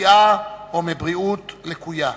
מפציעה או מבריאות לקויה.